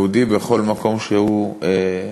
יהודי בכל מקום שהוא בעולם,